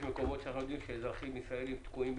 אנחנו יודעים שיש מקומות שיש שם אזרחים ישראלים תקועים,